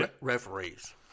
Referees